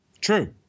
True